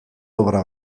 obra